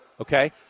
okay